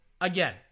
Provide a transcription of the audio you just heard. again